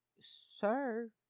sir